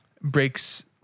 breaks